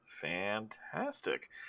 fantastic